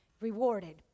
rewarded